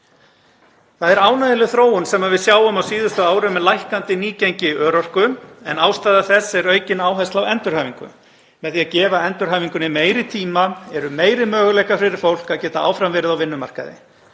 Það er ánægjuleg þróun sem við sjáum á síðustu árum með lækkandi nýgengi örorku en ástæða þess er aukin áhersla á endurhæfingu. Með því að gefa endurhæfingunni meiri tíma eru meiri möguleikar fyrir fólk að geta áfram verið á vinnumarkaði.